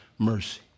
Mercy